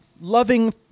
loving